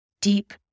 deep